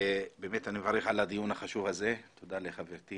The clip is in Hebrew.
באמת אני מברך על הדיון החשוב הזה, תודה לחברתי